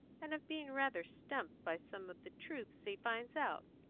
and of being rather stumped by some of the truths he finds out.